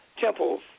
temples